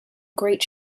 great